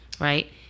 right